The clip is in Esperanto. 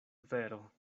vero